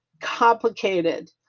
complicated